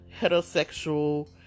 heterosexual